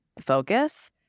focus